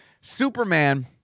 Superman